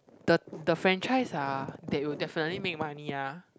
the the franchise are they will definitely make money ah